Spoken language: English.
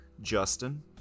Justin